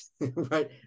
right